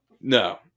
No